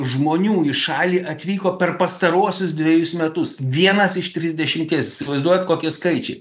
žmonių į šalį atvyko per pastaruosius dvejus metus vienas iš trisdešimties įsivaizduojat kokie skaičiai